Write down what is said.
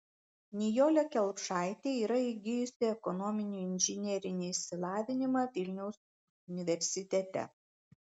nijolė kelpšaitė yra įgijusi ekonominį inžinerinį išsilavinimą vilniaus universitete